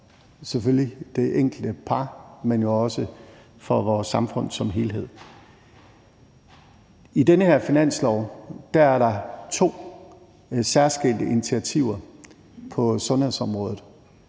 selvfølgelig det enkelte par, men jo også for vores samfund som helhed. I den her finanslov er der to særskilte initiativer på sundhedsområdet.